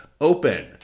Open